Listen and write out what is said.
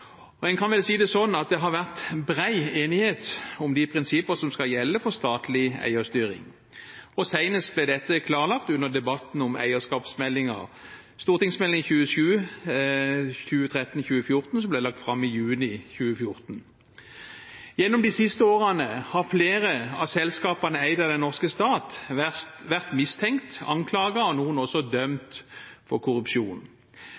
En kan vel si det sånn at det har vært bred enighet om de prinsippene som skal gjelde for statlig eierstyring. Senest ble dette klarlagt under debatten om eierskapsmeldingen, Meld. St. 27 for 2013–2014, som ble lagt fram i juni 2014. Gjennom de siste årene har flere av selskapene eid av den norske stat vært mistenkt, anklaget og i noen tilfeller også dømt for korrupsjon.